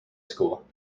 school